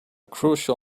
crucial